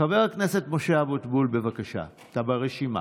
חבר הכנסת משה אבוטבול, בבקשה, אתה ברשימה.